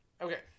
Okay